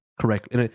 Correct